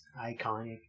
iconic